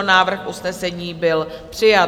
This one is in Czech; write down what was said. Návrh usnesení byl přijat.